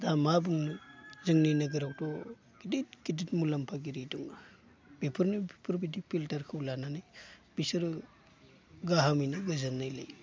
दा मा बुंनो जोंनि नोगोरावथ' गिदिद गिदिद मुलाम्फागिरि दङ बेफोरनो बेफोरबादि फिल्टारखौ लानानै बिसोरो गाहामैनो गोजोननाय लायो